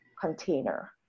container